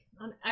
on